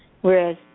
whereas